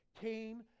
came